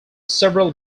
several